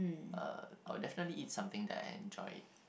uh I'll definitely eat something that I enjoy it